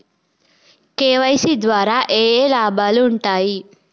KYC ద్వారా ఏఏ లాభాలు ఉంటాయి?